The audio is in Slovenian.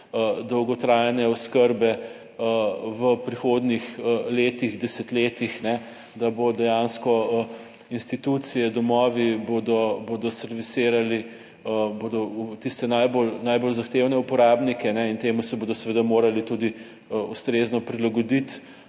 dolgotrajne oskrbe v prihodnjih letih, desetletjih da bo dejansko institucije, domovi bodo servisirali tiste najbolj zahtevne uporabnike in temu se bodo seveda morali tudi ustrezno prilagoditi,